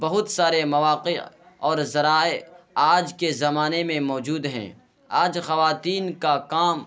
بہت سارے مواقع اور ذرائع آج کے زمانے میں موجود ہیں آج خواتین کا کام